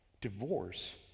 Divorce